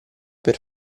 per